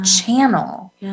channel